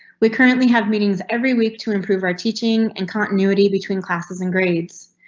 we currently have meetings every week to improve our teaching and continuity between classes and grades.